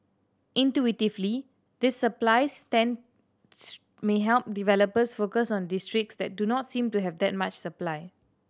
intuitively this supply stand may help developers focus on districts that do not seem to have that much supply